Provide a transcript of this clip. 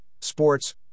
sports